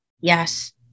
Yes